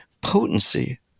potency